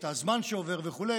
את הזמן שעובר וכו',